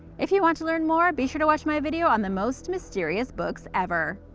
if you want to learn more be sure to watch my video on the most mysterious books ever!